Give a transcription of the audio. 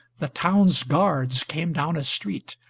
the town's guards came down a street,